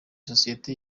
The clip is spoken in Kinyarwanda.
sosiyete